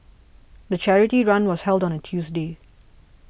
the charity run was held on a Tuesday